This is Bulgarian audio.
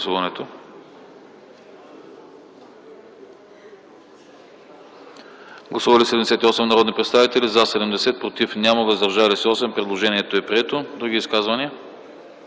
Гласували 78 народни представители: за 70, против няма, въздържали се 8. Предложението е прието. Други изказвания?